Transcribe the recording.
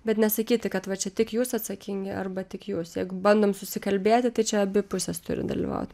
bet nesakyti kad va čia tik jūs atsakingi arba tik jūs kiek bandom susikalbėti tai čia abi pusės turi dalyvaut